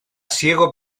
ciego